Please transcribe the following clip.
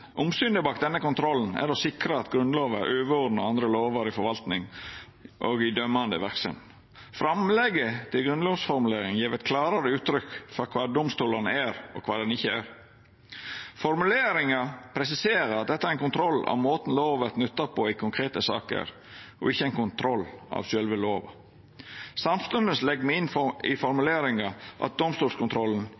Omsynet bak denne kontrollen er å sikra at Grunnlova er overordna andre lover i forvalting og i dømande verksemd. Framlegget til grunnlovsformulering gjev eit klarare uttrykk for kva domstolen er, og kva han ikkje er. Formuleringa presiserer at dette er ein kontroll av måten lova vert nytta på i konkrete saker, og ikkje ein kontroll av sjølve lova. Samstundes legg me inn i